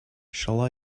shall